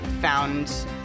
found